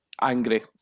angry